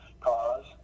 cause